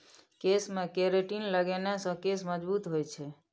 केशमे केरेटिन लगेने सँ केश मजगूत होए छै